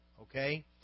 Okay